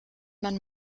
man